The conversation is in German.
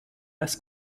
als